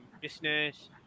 business